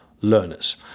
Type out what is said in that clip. learners